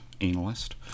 analyst